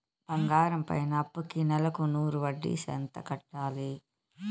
బంగారం పైన అప్పుకి నెలకు నూరు వడ్డీ ఎంత కట్టాలి?